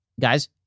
guys